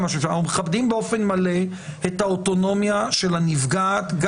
מכבדים באופן מלא את האוטונומיה של הנפגעת,